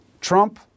Trump